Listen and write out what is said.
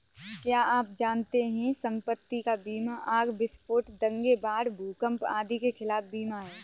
क्या आप जानते है संपत्ति का बीमा आग, विस्फोट, दंगे, बाढ़, भूकंप आदि के खिलाफ बीमा है?